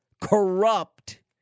corrupt